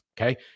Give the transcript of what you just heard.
Okay